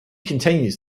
continues